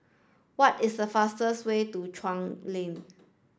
what is the fastest way to Chuan Lane